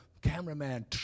cameraman